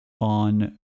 on